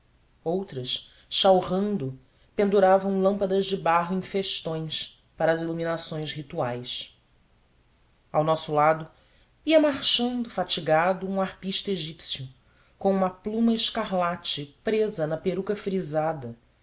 outras chalrando penduravam lâmpadas de barro em festões para as iluminações rituais ao nosso lado ia marchando fatigado um harpista egípcio com uma pluma escarlate presa na peruca frisada